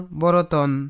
boroton